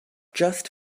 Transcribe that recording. just